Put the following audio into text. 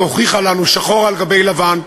והוכיחה לנו שחור על גבי לבן,